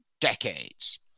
decades